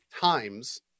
times